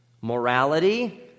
morality